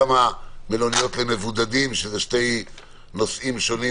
כמה מלוניות למבודדים שאלה נושאים שונים,